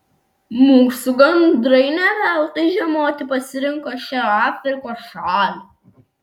mūsų gandrai ne veltui žiemoti pasirinko šią afrikos šalį